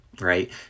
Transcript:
right